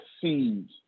seeds